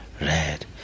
red